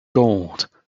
gold